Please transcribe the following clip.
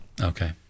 Okay